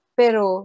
pero